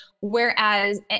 whereas